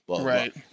Right